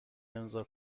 امضاء